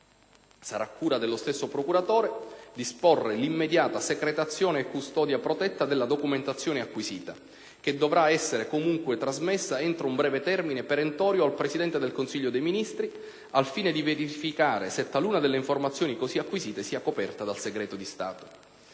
Sarà cura dello stesso procuratore disporre l'immediata secretazione e custodia protetta della documentazione acquisita, che dovrà essere comunque trasmessa entro un breve termine perentorio al Presidente del Consiglio dei ministri, al fine di verificare se taluna delle informazioni così acquisite sia coperta dal segreto di Stato.